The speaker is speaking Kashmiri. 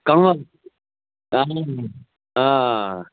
کنٛوَل اَہَن حظ